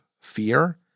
fear